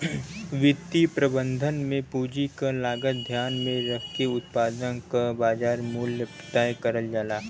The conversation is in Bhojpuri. वित्तीय प्रबंधन में पूंजी क लागत ध्यान में रखके उत्पाद क बाजार मूल्य तय करल जाला